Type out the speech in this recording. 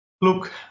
Look